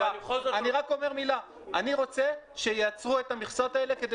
אני רוצה שייצרו את המכסות האלה כדי